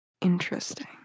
Interesting